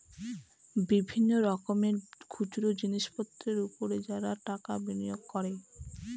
বিভিন্ন রকমের খুচরো জিনিসপত্রের উপর যারা টাকা বিনিয়োগ করে